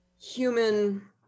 human